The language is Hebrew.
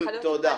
תודה,